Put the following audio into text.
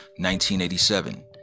1987